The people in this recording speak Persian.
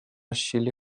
شیلی